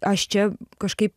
aš čia kažkaip